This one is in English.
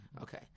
Okay